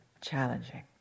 challenging